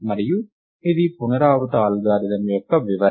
మరియు ఇది పునరావృత అల్గోరిథం యొక్క వివరణ